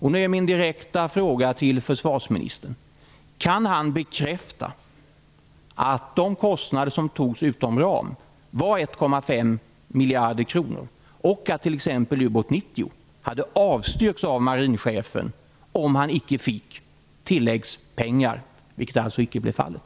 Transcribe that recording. Nu är min direkta fråga till försvarsministern: Kan försvarsministern bekräfta att de kostnader som det fattades beslut om utom ram var på 1,5 miljarder kronor och att t.ex. ubåt 90 hade avstyrkts av marinchefen om han inte fick tilläggspengar, vilket alltså icke blev fallet?